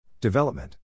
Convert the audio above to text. Development